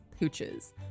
pooches